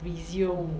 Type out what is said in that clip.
resume